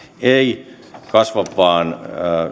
ei kasva vaan